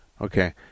Okay